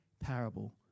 parable